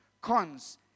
cons